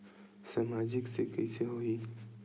सामाजिक से कइसे होही?